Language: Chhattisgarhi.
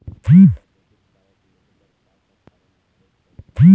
मोला डेबिट कारड लेहे बर का का फार्म भरेक पड़ही?